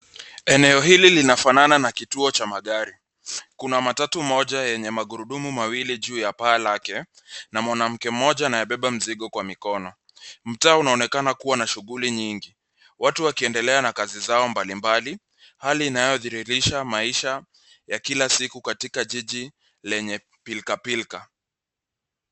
Eneo hili linafanana na kituo cha magari. Kuna matatu moja yenye magurudumu mawili juu ya paa lake, na mwanamke mmoja anayebeba mzigo kwa mikono. Mtaa unaonekana kuwa na shughuli nyingi. Watu wakiendelea na kazi zao mbalimbali. Hali inayodhihirisha maisha ya kila siku katika jiji lenye pilkapilka.